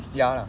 ya lah